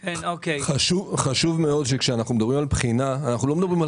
חשוב מאוד שכשאנחנו מדברים על בחינה אנחנו לא מדברים על